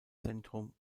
zentrum